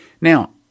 Now